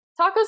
tacos